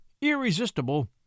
irresistible